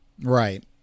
right